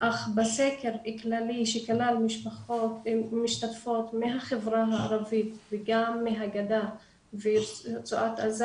אבל בסקר כללי שכלל משתתפות מהחברה הערבית וגם מהגדה ורצועת עזה